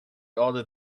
ought